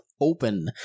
open